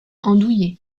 andouillé